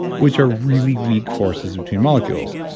which are really weak forces between molecules.